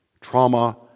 trauma